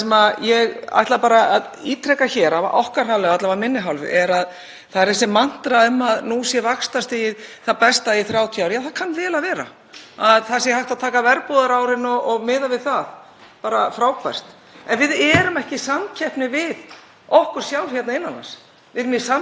það sé hægt að taka verbúðarárin og miða við þau, bara frábært. En við erum ekki í samkeppni við okkur sjálf innan lands. Við erum í samkeppni við útlönd og þegar við berum okkur og vaxtastig okkar Íslendinga saman við erlend heimili, t.d. heimili í Evrópu, þá er það enn